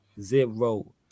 zero